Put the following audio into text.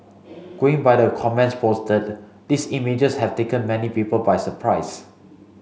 going by the comments posted these images have taken many people by surprise